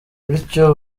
bityo